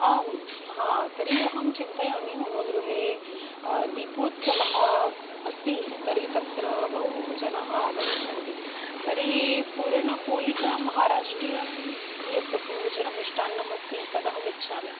आं हा तर्हि अहं चिन्तयामि मम गृहे दीपोत्सवः अस्ति तर्हि तत्र बहु जनाः आगमिष्यन्ति तरि पुरणपोलिका महाराष्ट्रीयं यद्बोजनं मिष्टान्नमस्ति तदहमिच्छामि